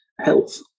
health